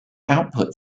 output